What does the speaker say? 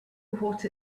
what